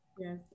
Yes